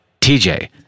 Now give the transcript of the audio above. TJ